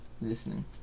Listening